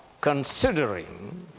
considering